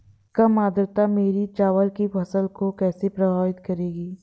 कम आर्द्रता मेरी चावल की फसल को कैसे प्रभावित करेगी?